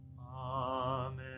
Amen